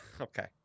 Okay